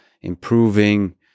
improving